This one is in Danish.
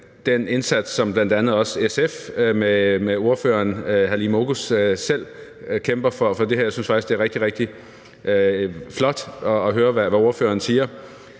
den indsats, som bl.a. også SF med ordføreren fru Halime Oguz selv kæmper for. Jeg synes faktisk, det er rigtig, rigtig flot at høre, hvad ordføreren siger.